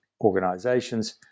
organizations